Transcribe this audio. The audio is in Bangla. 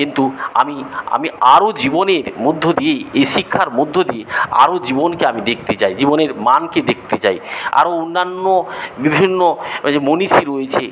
কিন্তু আমি আমি আরো জীবনের মধ্য দিয়ে এই শিক্ষার মধ্য দিয়ে আরো জীবনকে আমি দেখতে চাই জীবনের মানকে দেখতে চাই আরো অন্যান্য বিভিন্ন ওই যে মনীষী রয়েছে